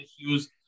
issues